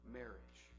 marriage